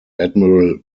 admiral